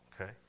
Okay